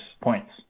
points